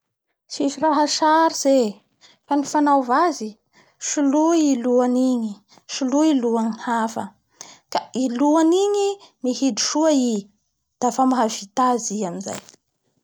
Tsisy raha sarotsy e, fa ny fanaova azy soloy i lohany igny, soloy lohany hafa ka i ohany igny hitroha i dafa mahavita azy